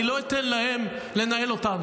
אני לא אתן להם לנהל אותנו